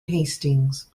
hastings